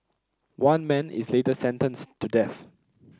one man is later sentenced to death